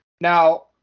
Now